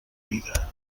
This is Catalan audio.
vida